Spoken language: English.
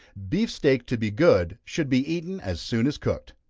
beef steak to be good, should be eaten as soon as cooked.